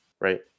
right